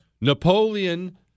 Napoleon